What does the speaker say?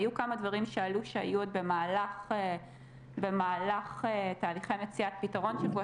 היו כמה דברים שעלו - שהיו עוד במהלך תהליכי מציאת פתרון בשבוע